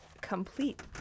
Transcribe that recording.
complete